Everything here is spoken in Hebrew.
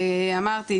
אמרתי,